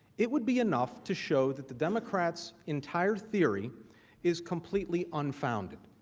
it would be enough to show that the democrats entire tiery is completely unfounded.